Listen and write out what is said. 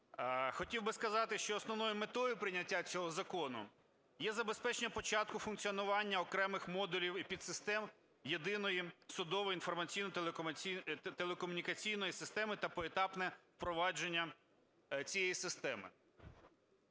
Хотів би сказати, що основною метою прийняття цього закону є забезпечення початку функціонування окремих модулів і підсистем Єдиної судової інформаційно-телекомунікаційної системи та поетапне впровадження цієї системи.